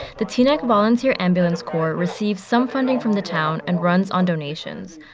the teaneck volunteer ambulance corps receives some funding from the town and runs on donations.